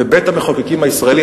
בבית-המחוקקים הישראלי,